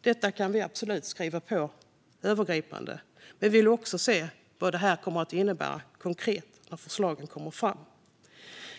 Detta kan vi absolut skriva under på övergripande. Men vi vill också se vad det kommer att innebära konkret när förslagen kommer fram.